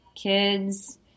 Kids